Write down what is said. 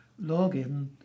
login